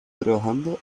trabajando